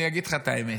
אני אגיד לך את האמת.